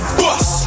bus